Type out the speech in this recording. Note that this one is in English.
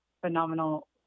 phenomenal